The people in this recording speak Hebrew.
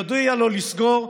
היא הודיעה לו לסגור.